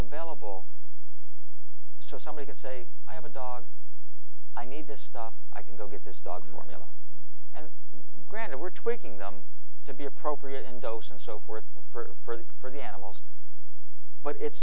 available so somebody can say i have a dog i need this stuff i can go get this dog formula and granted we're tweaking them to be appropriate and dose and so forth for the for the animals but it's